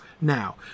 now